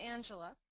Angela